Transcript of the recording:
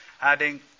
adding